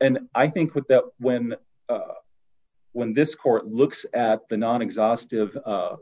and i think with that when when this court looks at the non exhaustive